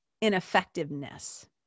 ineffectiveness